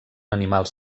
animals